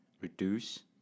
reduce